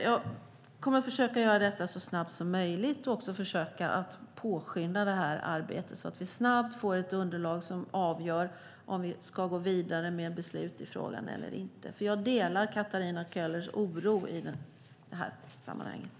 Jag kommer att försöka göra detta så snabbt som möjligt och även försöka påskynda arbetet så att vi snabbt får ett underlag som avgör om vi ska gå vidare med beslut i frågan eller inte. Jag delar nämligen Katarina Köhlers oro i sammanhanget.